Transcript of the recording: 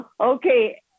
Okay